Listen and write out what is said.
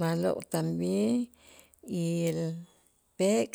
ma'lo' también y el pek'.